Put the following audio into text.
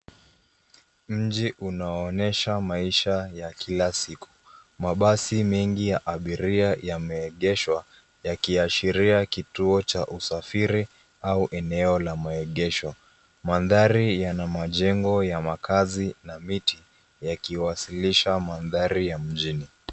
Mji unawaonesha maisha ya kila siku. Mabasi mengi ya abiria yameegeshwa yakiashiria kituo cha usafiri au eneo la maegesho. Mandhari yana majengo ya makazi na miti yakiwasilisha mandhari ya mjini.